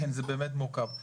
כן, זה באמת מורכב.